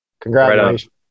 Congratulations